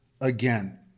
again